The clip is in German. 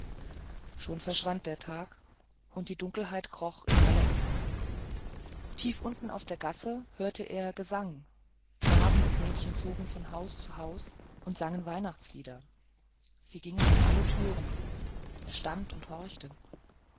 schon verschwand der tag und die dunkelheit kroch in alle ecken tief unten von der gasse herauf hörte er gesang knaben und mädchen zogen von haus zu haus und sangen weihnachtslieder sie gingen in alle türen er stand und horchte